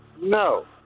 No